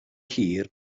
hir